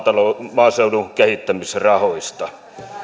maaseudun kehittämisrahoista